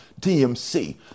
DMC